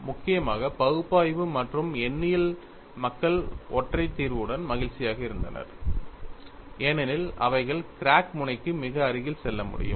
முக்கியமாக பகுப்பாய்வு மற்றும் எண்ணியல் மக்கள் ஒற்றை தீர்வுடன் மகிழ்ச்சியாக இருந்தனர் ஏனெனில் அவைகள் கிராக் முனைக்கு மிக அருகில் செல்ல முடியும்